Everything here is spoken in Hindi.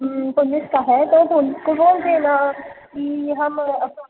पुलिस का है तो पुलिस को बोल देना कि हम अफ्फोर्ड नहीं